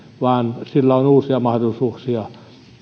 vaan sillä on uusia mahdollisuuksia